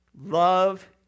Love